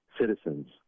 citizens